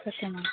okay ma'am